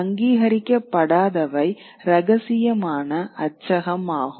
அங்கீகரிக்கப்படாதவை ரகசியமான அச்சகம் ஆகும்